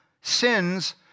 sins